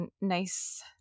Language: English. nice